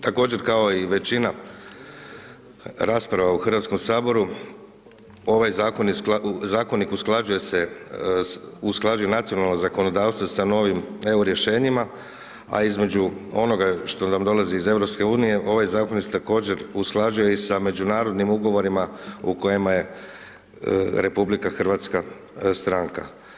Također kao i većina rasprava u Hrvatskom saboru, ovaj zakonik usklađuje se, usklađuje nacionalno zakonodavstvo sa novim EU rješenjima, a između onoga što nam dolazi iz EU, ovaj zakon se također usklađuje i sa međunarodnim ugovorima, u kojima je RH stranka.